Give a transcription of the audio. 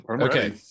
okay